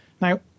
Now